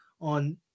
on